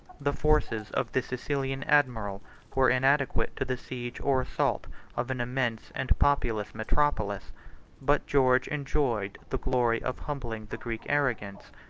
the forces of the sicilian admiral were inadequate to the siege or assault of an immense and populous metropolis but george enjoyed the glory of humbling the greek arrogance,